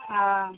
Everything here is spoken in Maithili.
हँ